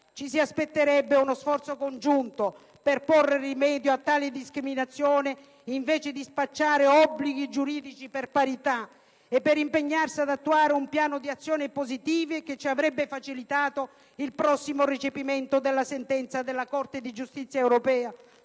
ci si aspetterebbe uno sforzo congiunto per porre rimedio a tali discriminazioni, invece di spacciare obblighi giuridici per parità e per impegnarsi ad attuare un piano di azioni positive che ci avrebbe facilitato il prossimo recepimento della sentenza della Corte di giustizia europea